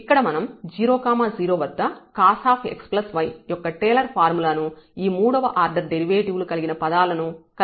ఇక్కడ మనం 0 0 వద్ద cosxy యొక్క టేలర్ ఫార్ములాను ఈ మూడవ ఆర్డర్ డెరివేటివ్ లు కలిగిన పదాల వరకు కలిగి ఉన్నాము